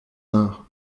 nach